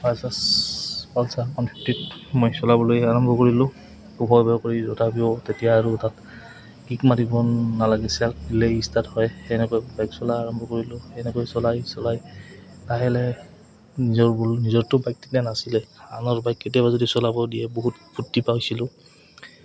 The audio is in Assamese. বাজাজ পালচাৰ ওৱান ফিফটিত মই চলাবলৈ আৰম্ভ কৰিলোঁ ভয় ভয় কৰি তাৰপিছত তেতিয়া আৰু তাত কিক মাৰিব নালাগে ছেল্ফ দিলেই ষ্টাৰ্ট হয় তেনেকৈ বাইক চলাই আৰম্ভ কৰিলোঁ তেনেকৈ চলাই চলাই লাহে লাহে নিজৰ ব নিজৰতো বাইক তেতিয়া নাছিলে আনৰ বাইক কেতিয়াবা যদি চলাব দিয়ে বহুত ফূৰ্তি পাইছিলোঁ